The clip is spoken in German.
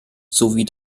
sowie